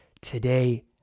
Today